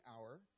hour